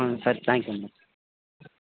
ಹ್ಞೂಂ ಸರಿ thank you madam